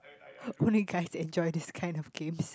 only guys enjoy this kind of games